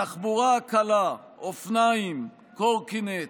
התחבורה הקלה, אופניים, קורקינטים,